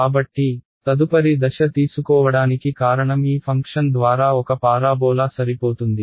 కాబట్టి తదుపరి దశ తీసుకోవడానికి కారణం ఈ ఫంక్షన్ ద్వారా ఒక పారాబోలా సరిపోతుంది